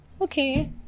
Okay